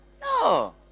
No